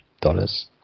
dollars